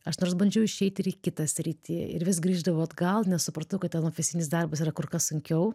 aš nors bandžiau išeiti ir į kitą sritį ir vis grįždavau atgal nes supratau kad ten ofisinis darbas yra kur kas sunkiau